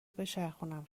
بچرخونم